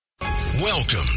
Welcome